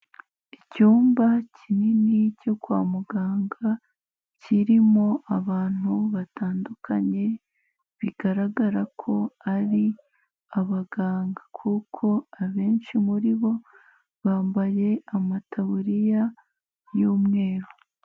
Icyumba kinini cyo kwa muganga, kirimo abantu batandukanye bigaragara ko ari abaganga kuko abenshi muri bo bambaye amataburiya y'umweru.